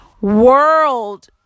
world